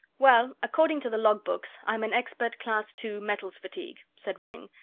well, according to the logbooks, i'm an expert class two, metals-fatigue, said ringg.